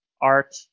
art